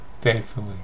faithfully